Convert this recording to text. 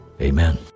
Amen